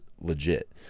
legit